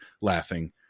laughing